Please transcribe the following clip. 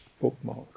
bookmark